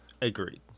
Agreed